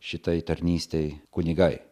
šitai tarnystei kunigai